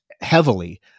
heavily